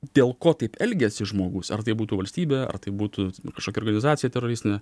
dėl ko taip elgiasi žmogus ar tai būtų valstybė ar tai būtų kažkokia organizacija teroristinė